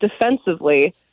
defensively